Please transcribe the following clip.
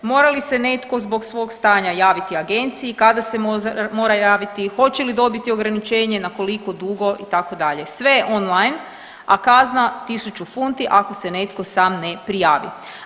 Mora li se netko zbog svog stanja javiti agenciji, kada se mora javiti, hoće li dobiti ograničenje, na koliko dugo itd., sve je on line, a kazna tisuću funti ako se netko sam ne prijavi.